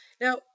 Now